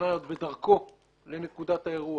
טכנאי עוד בדרכו לנקודת האירוע.